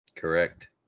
correct